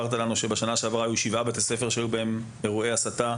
שבשנה שעברה היו שבעה בתי ספר שהיו בהם אירועי הסתה,